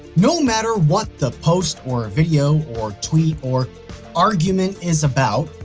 no matter what the post, or video, or tweet, or argument is about,